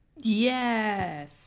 Yes